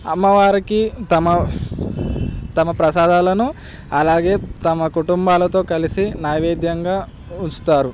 అమ్మవారికి తమ తమ ప్రసాదాలను అలాగే తమ కుటుంబాలతో కలిసి నైవేద్యంగా ఉంచుతారు